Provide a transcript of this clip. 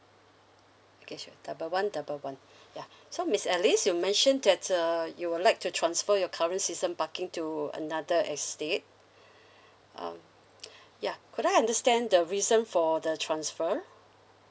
okay sure double one double one ya so miss alice you mentioned that uh you would like to transfer your current season parking to another estate um ya could I understand the reason for the transfer